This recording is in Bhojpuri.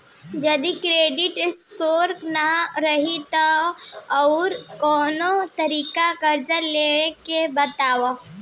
जदि क्रेडिट स्कोर ना रही त आऊर कोई तरीका कर्जा लेवे के बताव?